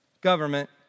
government